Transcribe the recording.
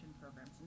programs